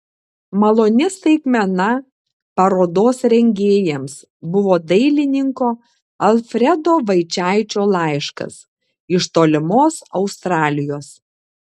maloni staigmena parodos rengėjams buvo dailininko alfredo vaičaičio laiškas iš tolimos australijos